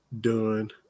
done